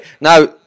now